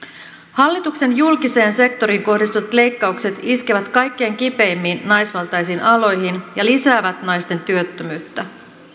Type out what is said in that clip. hallituksen julkiseen sektoriin kohdistuvat leikkaukset iskevät kaikkein kipeimmin naisvaltaisiin aloihin ja lisäävät naisten työttömyyttä